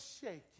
shaking